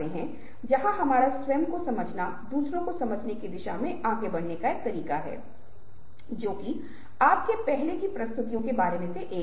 इसलिए यहाँ कुछ उदाहरण दिए गए हैं जिन्हें आप स्वयं आज़मा सकते हैं और आप पाते हैं कि हर बार जब आप एक अलग भूमिका निभा रहे होते हैं तो आप बहुत अलग तरीके से व्यवहार कर रहे होते हैं आप पाएंगे कि यह स्वचालित रूप से हो रहा है